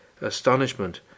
Astonishment